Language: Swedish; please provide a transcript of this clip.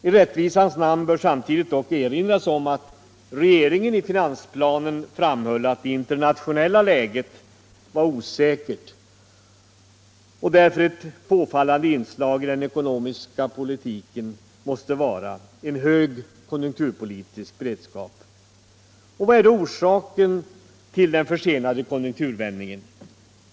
I rättvisans namn bör samtidigt dock erinras om att regeringen i finansplanen framhöll att det internationella läget var osäkert och att därför ett påfallande inslag i den ekonomiska politiken måste vara en hög konjunkturpolitisk beredskap. Vad är då orsaken till den försenade konjunkturvändningen?